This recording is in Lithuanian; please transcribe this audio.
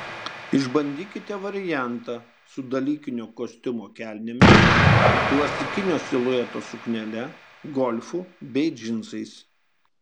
išbandykite variantą su dalykinio kostiumo kelnėmis klasikinio silueto suknele golfu bei džinsais